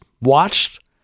watched